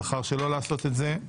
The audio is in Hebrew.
בחר שלא לעשות זאת.